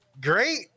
great